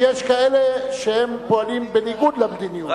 שיש כאלה שהם פועלים בניגוד למדיניות,